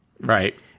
Right